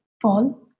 fall